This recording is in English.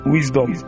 Wisdom